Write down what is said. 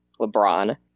LeBron